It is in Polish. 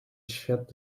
świat